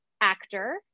actor